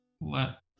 let